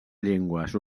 llengües